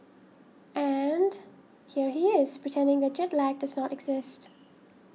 and here he is pretending that jet lag does not exist